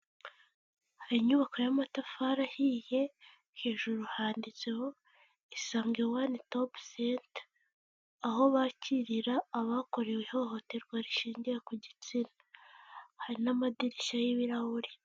Hari inyubako y'amatafari ahiye hejuru handitseho isange wani topu senta, aho bakirira abakorewe ihohoterwa rishingiye ku gitsina, hari n'amadirishya y'ibirahuri.